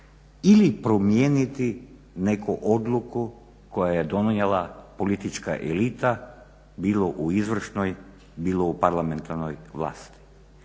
ili promijeniti neku odluku koju je donijela politička elita, bilo u izvršnoj bilo u parlamentarnoj vlasti.